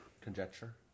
conjecture